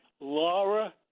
Laura